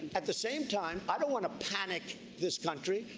at the same time, i don't want to panic this country.